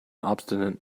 obstinate